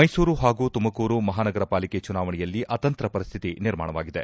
ಮೈಸೂರು ಹಾಗೂ ತುಮಕೂರು ಮಹಾನಗರ ಪಾಲಿಕೆ ಚುನಾವಣೆಯಲ್ಲಿ ಅತಂತ್ರ ಸ್ವಿತಿ ನಿರ್ಮಾಣವಾಗಿದೆ